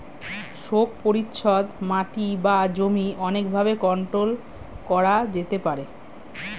শোক পরিচ্ছদ মাটি বা জমি অনেক ভাবে কন্ট্রোল করা যেতে পারে